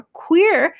queer